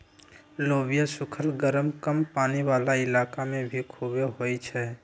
लोबिया सुखल गरम कम पानी वाला इलाका में भी खुबे होई छई